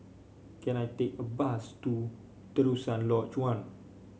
can I take a bus to Terusan Lodge One